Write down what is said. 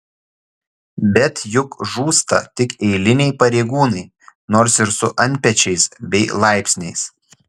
bet juk žūsta tik eiliniai pareigūnai nors ir su antpečiais bei laipsniais